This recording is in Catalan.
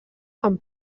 amb